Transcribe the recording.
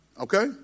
Okay